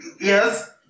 yes